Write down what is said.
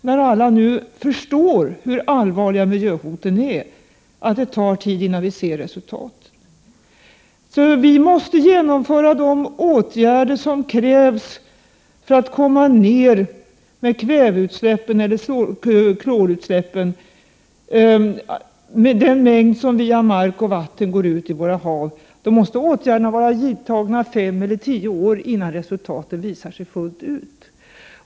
När alla nu förstår hur allvarliga miljöhoten är så är det mycket plågsamt att det tar tid innan vi ser resultat. De åtgärder som krävs för att vi skall komma ner med kväveutsläppen och klorutsläppen som via mark och vatten går ut i våra hav måste vara vidtagna fem eller tio år innan resultaten visar sig fullt ut.